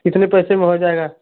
इतने पैसे में हो जायेगा